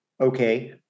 okay